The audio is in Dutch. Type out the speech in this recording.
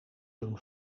doen